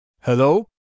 Hello